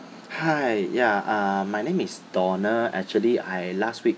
hi ya uh my name is donald actually I last week